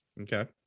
Okay